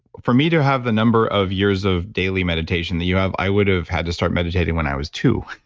for me to have the number of years of daily meditation that you have, i would have had to start meditating when i was two